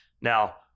now